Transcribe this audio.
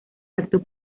acto